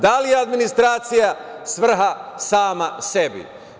Da li je administracija svrha sama sebi?